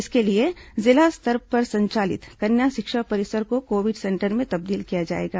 इसके लिए जिला स्तर पर संचालित कन्या शिक्षा परिसर को कोविड सेंटर में तब्दील किया जाएगा